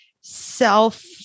self